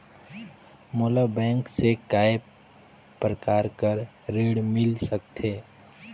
मोला बैंक से काय प्रकार कर ऋण मिल सकथे?